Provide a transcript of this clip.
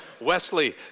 Wesley